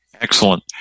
excellent